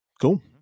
cool